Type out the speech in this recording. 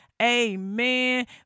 Amen